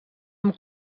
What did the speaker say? amb